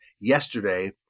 yesterday